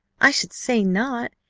i should say not.